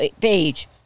page